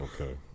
Okay